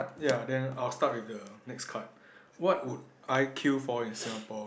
ya then I'll start with the next card what would I queue for in Singapore